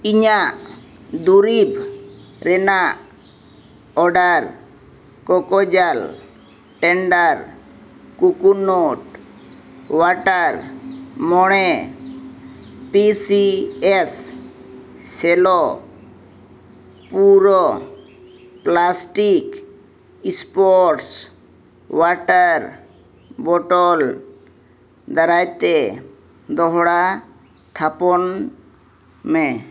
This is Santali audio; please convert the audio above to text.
ᱤᱧᱟᱹᱜ ᱫᱩᱨᱤᱵᱽ ᱨᱮᱱᱟᱜ ᱚᱰᱟᱨ ᱠᱨᱳᱠᱳᱡᱟᱞ ᱴᱮᱱᱰᱟᱨ ᱠᱚᱠᱳᱱᱟᱴ ᱚᱣᱟᱴᱟᱨ ᱢᱚᱬᱮ ᱯᱤ ᱥᱤ ᱮᱥ ᱥᱮᱞᱚ ᱯᱩᱨᱟᱹ ᱯᱞᱟᱥᱴᱤᱠ ᱥᱯᱳᱨᱴᱥ ᱚᱣᱟᱴᱟᱨ ᱵᱳᱴᱚᱞ ᱫᱟᱨᱟᱭᱛᱮ ᱫᱚᱦᱲᱟ ᱛᱷᱟᱯᱚᱱ ᱢᱮ